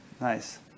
Nice